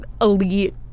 elite